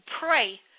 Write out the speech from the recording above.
pray